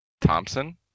Thompson